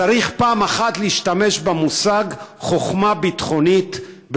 צריך פעם אחת להשתמש במושג חוכמה ביטחונית,